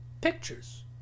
pictures